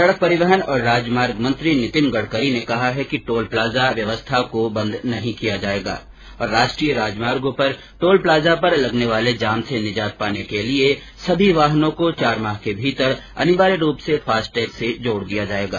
सड़क परिवहन और राजमार्ग मंत्री नितिन गडकरी ने कहा है कि टोल प्लाजा व्यवस्था को बंद नहीं किया जाएगा और राष्ट्रीय राजमार्गों पर टोल प्लाजा पर लगने वाले जाम से निजात पाने के लिए सभी वाहनों को चार माह के भीतर अनिवार्य रूप से फास्ट टैग से जोड़ दिया जाएगा